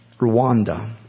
Rwanda